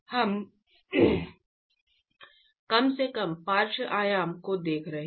हम कम से कम पार्श्व आयाम को देख रहे हैं